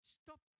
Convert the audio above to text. stop